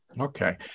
Okay